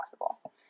possible